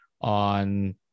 on